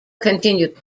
continued